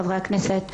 חברי הכנסת,